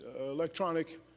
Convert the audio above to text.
electronic